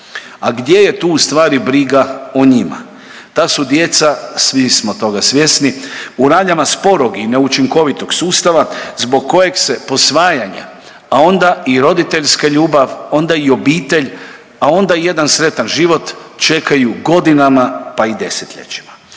A gdje je tu ustvari briga o njima? Ta su djeca, svi smo toga svjesni, u raljama sporog i neučinkovitog sustava zbog kojeg se posvajanja, a onda i roditeljska ljubav, onda i obitelj, a onda i jedan sretan život čekaju godinama pa i desetljećima.